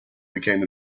became